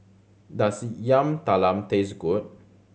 does Yam Talam taste good